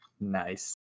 Nice